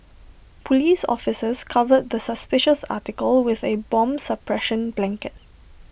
Police officers covered the suspicious article with A bomb suppression blanket